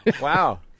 Wow